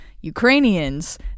Ukrainians